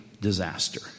disaster